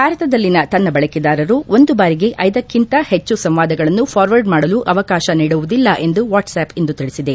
ಭಾರತದಲ್ಲಿನ ತನ್ನ ಬಳಕೆದಾರರು ಒಂದು ಬಾರಿಗೆ ಐದಕ್ಕಿಂತ ಹೆಚ್ಚು ಸಂವಾದಗಳನ್ನು ಫ್ರಾರ್ವರ್ಡ್ ಮಾಡಲು ಅವಕಾಶ ನೀಡುವುದಿಲ್ಲ ಎಂದು ವಾಟ್ತಾಪ್ ಇಂದು ತಿಳಿಸಿದೆ